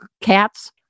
cats